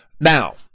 Now